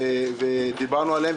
ודיברנו עליהם,